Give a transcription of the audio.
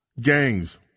Gangs